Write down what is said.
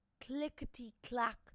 Clickety-clack